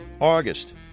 August